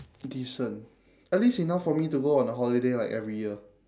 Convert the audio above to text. decent at least enough for me to go on a holiday like every year